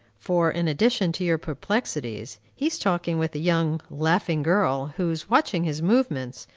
for, in addition to your perplexities, he is talking with a young, laughing girl, who is watching his movements,